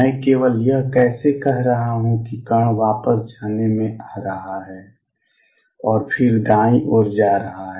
मैं केवल यह कैसे कह रहा हूं कि कण वापस जाने में आ रहा है और फिर दाईं ओर जा रहा है